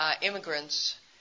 immigrants